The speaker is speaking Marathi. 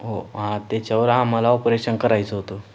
हो हां त्याच्यावर आम्हाला ऑपरेशन करायचं होतं